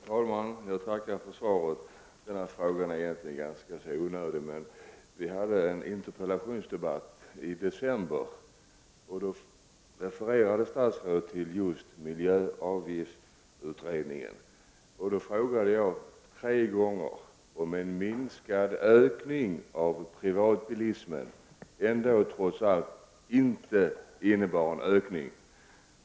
Herr talman! Jag tackar för svaret. Denna fråga är egentligen ganska onödig. Vi hade en interpellationsdebatt i december, och då refererade statsrådet till just miljöavgiftsutredningen. Då frågade jag tre gånger om en minskad ökning av privatbilismen trots allt inte innebar en ökning.